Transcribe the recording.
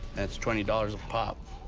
that's twenty dollars a pop.